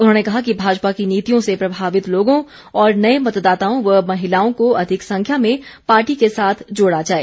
उन्होंने कहा कि भाजपा की नीतियों से प्रभावित लोगों और नए मतदाताओं व महिलाओं को अधिक संख्या में पार्टी के साथ जोड़ा जाए